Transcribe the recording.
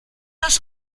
das